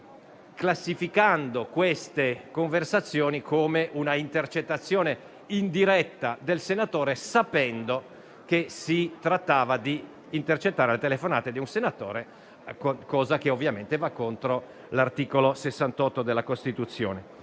classificato queste conversazioni come un'intercettazione indiretta, ma nella consapevolezza che si trattava di intercettare le telefonate di un senatore, cosa che ovviamente è contraria all'articolo 68 della Costituzione.